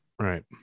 right